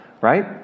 right